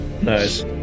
nice